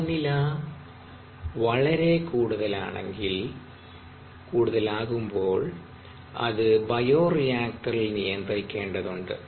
താപനില വളരെ കൂടുതലാകുമ്പോൾ അത് ബയോറിയാക്റ്ററിൽ നിയന്ത്രിക്കേണ്ടതുണ്ട്